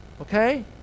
Okay